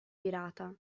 virata